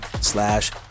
slash